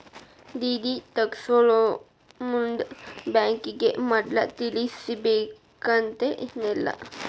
DD ತಗ್ಸ್ಕೊಳೊಮುಂದ್ ಬ್ಯಾಂಕಿಗೆ ಮದ್ಲ ತಿಳಿಸಿರ್ಬೆಕಂತೇನಿಲ್ಲಾ